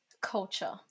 culture